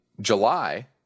July